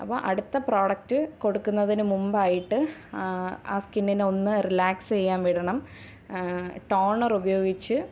അപ്പോൾ അടുത്ത പ്രോഡക്റ്റ് കൊടുക്കുന്നതിനു മുമ്പായിട്ട് ആ സ്കിന്നിനെ ഒന്ന് റിലാക്സ് ചെയ്യാൻ വിടണം ടോണർ ഉപയോഗിച്ച്